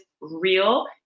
real